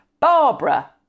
Barbara